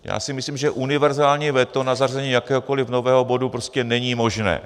Já si myslím, že univerzální veto na zařazení jakéhokoliv nového bodu prostě není možné.